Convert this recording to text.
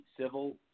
civil